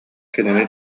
кинини